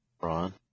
Ron